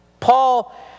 Paul